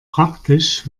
praktisch